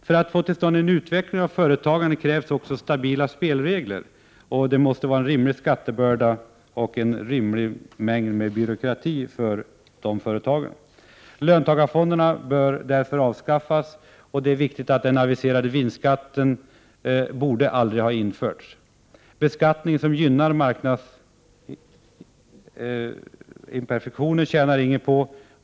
För att få till stånd en utveckling av företagandet krävs också stabila spelregler. Det måste vara en rimlig skattebörda och en rimlig mängd byråkrati för företagen. Löntagarfonderna bör därför avskaffas, och vinstskatten borde aldrig ha införts. Beskattning som gynnar marknadsimperfektioner tjänar ingen på.